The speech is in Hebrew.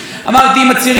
אם יש בהם בעיה,